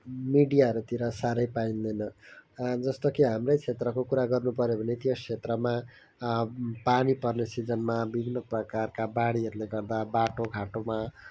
मिडियाहरूतिर साह्रै पाइँदैन जस्तो कि हाम्रै क्षेत्रको कुरा गर्नुपऱ्यो भने त्यस क्षेत्रमा पानी पर्ने सिजनमा विभिन्न प्रकारका बाढीहरूले गर्दा बाटोघाटोमा